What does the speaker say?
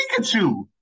Pikachu